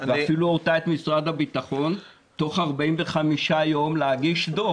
ואפילו הורתה למשרד הביטחון תוך 45 יום להגיש דוח.